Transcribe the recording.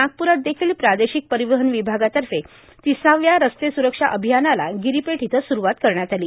नागपुरात देखिल प्रादेशिक परिवहन विभागातर्फे तिसाव्या रस्ते सुरक्षा अभियानाला गिरीपेठ इथं सुरूवात करण्यात आली